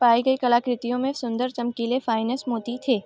पाई गई कलाकृतियों में सुंदर चमकीले फ़ाएनस मोती थे